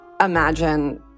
imagine